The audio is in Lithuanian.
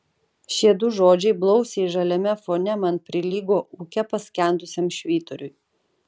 šie du žodžiai blausiai žaliame fone man prilygo ūke paskendusiam švyturiui